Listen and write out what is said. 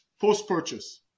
post-purchase